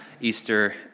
Easter